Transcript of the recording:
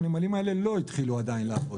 הנמלים האלה לא התחילו לעבוד עדיין.